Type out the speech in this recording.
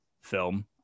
film